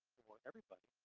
for everybody,